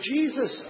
Jesus